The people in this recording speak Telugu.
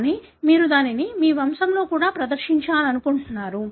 కానీ మీరు దానిని మీ వంశంలో కూడా ప్రదర్శించాలనుకుంటున్నారు